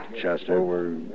Chester